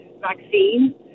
vaccine